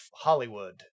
hollywood